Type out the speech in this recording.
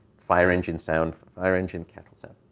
fire engine sound, fire engine, kettle sound.